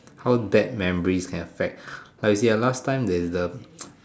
how bad memories can affect like you see last time there is the